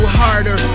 harder